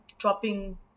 dropping